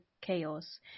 chaos